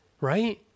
right